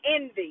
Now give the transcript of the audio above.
envy